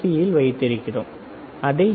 யில் வைத்திருக்கிறோம் அதை ஏ